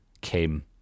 came